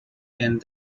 and